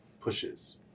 pushes